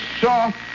soft